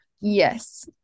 yes